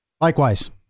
Likewise